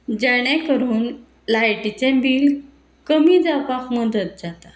जेणे करून लायटीचें बील कमी जावपाक मदत जाता